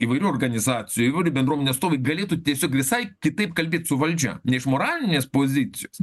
įvairių organizacijų ir bendruomenės galėtų tiesiog visai kitaip kalbėt su valdžia ne iš moralinės pozicijos